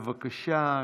בבקשה,